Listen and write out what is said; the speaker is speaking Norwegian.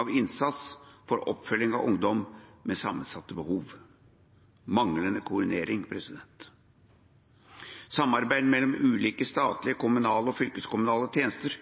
av innsats for oppfølging av ungdom med sammensatte behov – manglende koordinering. Samarbeid mellom ulike statlige, kommunale og fylkeskommunale tjenester,